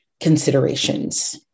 considerations